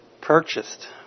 purchased